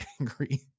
angry